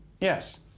Yes